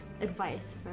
advice